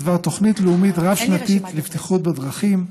בדבר תוכנית לאומית רב-שנתית לבטיחות בדרכים.